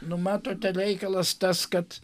nu matote reikalas tas kad